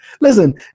Listen